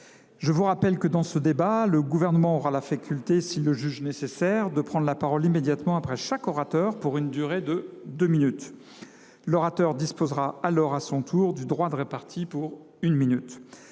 Je vous rappelle que, dans ce débat, le Gouvernement aura la faculté, s’il le juge nécessaire, de prendre la parole immédiatement après chaque orateur, pour une durée de deux minutes ; l’orateur disposera alors à son tour d’un droit de réplique, pour une minute.